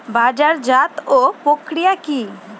বাজারজাতও প্রক্রিয়া কি?